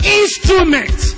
instrument